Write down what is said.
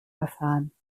erfahren